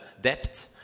debt